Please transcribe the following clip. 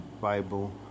Bible